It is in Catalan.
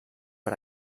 per